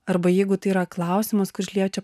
arba jeigu tai yra klausimas kuris liečia